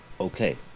Okay